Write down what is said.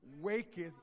waketh